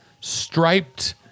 striped